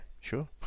sure